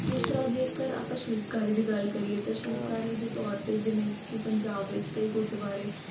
ਦੂਸਰਾ ਜੇਕਰ ਆਪਾਂ ਸ਼ਿਲਪਕਾਰੀ ਦੀ ਗੱਲ ਕਰੀਏ ਤਾਂ ਸ਼ਿਲਪਕਾਰੀ ਦੇ ਤੌਰ 'ਤੇ ਜਿਵੇਂ ਕਿ ਪੰਜਾਬ ਵਿੱਚ ਕਈ ਗੁਰਦੁਆਰੇ